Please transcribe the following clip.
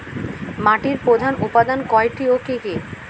মাটির প্রধান উপাদান কয়টি ও কি কি?